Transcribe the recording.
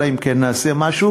אלא אם כן נעשה משהו,